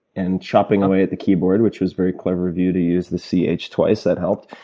and chopping away at the keyboard, which was very clever of you to use the c h twice, that helped.